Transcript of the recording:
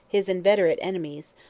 his inveterate enemies,